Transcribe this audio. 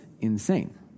insane